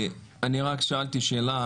אני רק שאלתי שאלה,